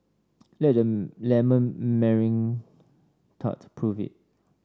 let the lemon meringue tart prove it